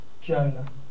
Jonah